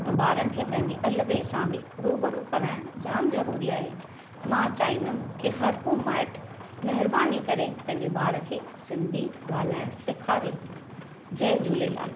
त ॿारनि खे पंहिंजी अलिफ ॿे सां बि रूबरू कराइणु जाम ज़रूरी आहे मां चाहींदमि की हर को माइट महिरबानी करे पंहिंजे ॿार खे सिंधी ॻाल्हाइणु सेखारे जय झूलेलाल